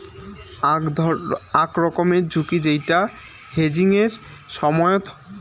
আক রকমের ঝুঁকি যেইটা হেজিংয়ের সময়ত হউক